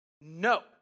No